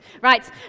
Right